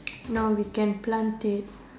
no we can plant it